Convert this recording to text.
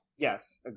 Yes